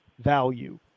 value